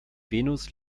venus